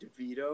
DeVito